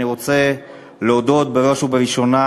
אני רוצה להודות, בראש ובראשונה,